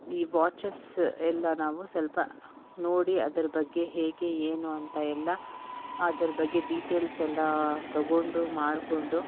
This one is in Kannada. ಈ ವಾಚಸ್ಸ್ ಎಲ್ಲ ನಾವು ಸ್ವಲ್ಪ ನೋಡಿ ಅದರ ಬಗ್ಗೆ ಹೇಗೆ ಏನು ಅಂತ ಎಲ್ಲ ಅದರ ಬಗ್ಗೆ ಡೀಟೇಲ್ಸ್ ಎಲ್ಲ ತೊಗೊಂಡು ಮಾಡಿಕೊಂಡು